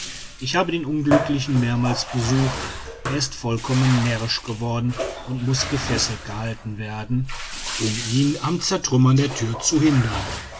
ich habe den unglücklichen mehrmals besucht er ist vollkommen närrisch geworden und muß gefesselt gehalten werden um ihn am zertrümmern der thür zu hindern